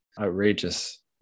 Outrageous